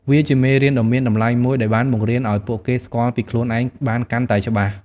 វាជាមេរៀនដ៏មានតម្លៃមួយដែលបានបង្រៀនឱ្យពួកគេស្គាល់ពីខ្លួនឯងបានកាន់តែច្បាស់។